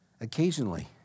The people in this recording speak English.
occasionally